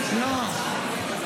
לא,